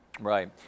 Right